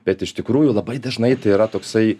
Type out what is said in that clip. bet iš tikrųjų labai dažnai tai yra toksai